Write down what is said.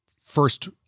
first